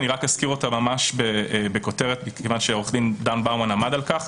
אני אזכיר אותה ממש בכותרת כיוון שעורך דין דן באומן עמד על כך.